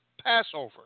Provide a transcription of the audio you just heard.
Passover